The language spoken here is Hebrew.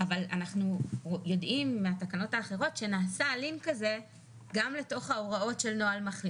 אבל כמובן שההשלכה שלהן פוגעת או עלולה לפגוע בזכויות של אזרחי